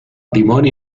dimoni